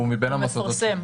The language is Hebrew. הוא מפרסם.